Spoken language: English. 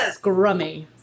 Scrummy